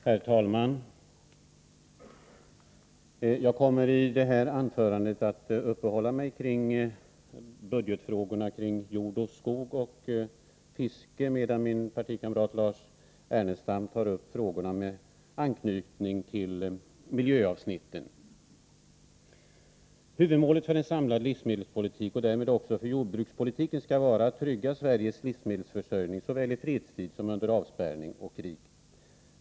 Herr talman! Jag kommer i detta anförande att uppehålla mig vid de budgetfrågor som berör jord, skog och fiske, medan min partikamrat Lars Ernestam skall ta upp frågor med anknytning till miljöavsnitten. Huvudmålet för en samlad livsmedelspolitik och därmed också för jordbrukspolitiken skall vara att trygga Sveriges livsmedelsförsörjning såväl i fredstid som under avspärrning och krig.